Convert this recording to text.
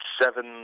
seven